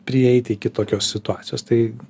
prieiti iki tokios situacijos tai